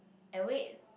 and wait